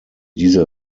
diese